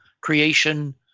creation